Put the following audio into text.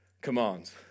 commands